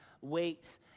weights